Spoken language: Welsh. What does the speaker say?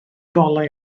golau